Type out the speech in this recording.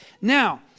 Now